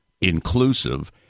inclusive